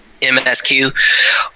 MSQ